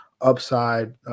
upside